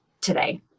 today